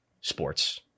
sports